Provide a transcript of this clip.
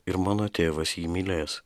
ir mano tėvas jį mylės